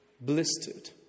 blistered